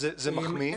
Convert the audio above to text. זה מחמיא,